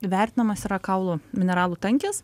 vertinamas yra kaulų mineralų tankis